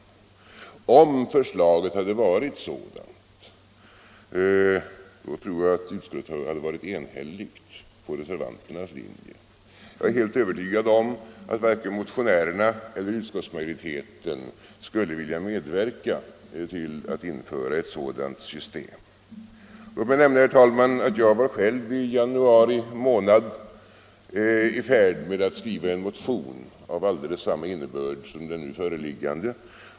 Om förslaget hade varit sådant tror jag att utskottet enhälligt gått på reservanternas linje. Jag är helt övertygad om att varken motionärerna eller utskottsmajoriteten skulle vilja medverka till ett sådant system. Låt mig nämna, herr talman, att jag själv i januari månad var i färd med att skriva en motion av samma innebörd som den nu föreliggande.